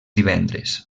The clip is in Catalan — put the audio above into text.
divendres